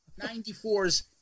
94's